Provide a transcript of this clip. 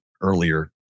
earlier